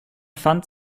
pfand